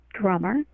drummer